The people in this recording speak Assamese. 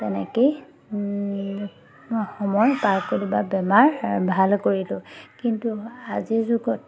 তেনেকৈয়ে মই সময় পাৰ কৰিলোঁ বা বেমাৰ ভাল কৰিলোঁ কিন্তু আজিৰ যুগত